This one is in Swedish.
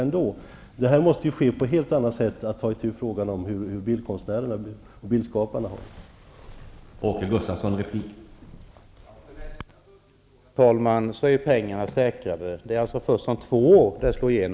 Man måste på ett helt annat sätt ta itu med frågan om hur bildkonstnärerna och bildskaparna har det.